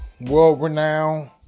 world-renowned